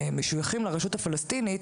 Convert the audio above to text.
משויכים לרשות הפלסטינית,